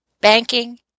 banking